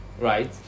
Right